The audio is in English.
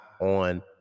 on